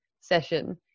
session